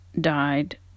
died